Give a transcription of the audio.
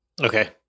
Okay